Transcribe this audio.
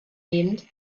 nehmend